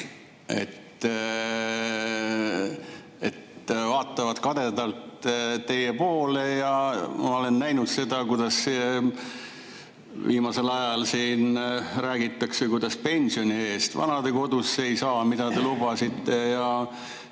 Vaatavad kadedalt teie poole. Ma olen näinud seda, kuidas viimasel ajal siin räägitakse, et pensioni eest vanadekodusse ei saa, nagu te lubasite, ja